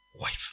wife